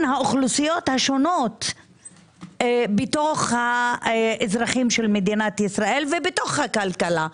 האוכלוסיות השונות בתוך האזרחים של מדינת ישראל ובתוך הכלכלה.